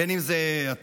בין אם זה התארים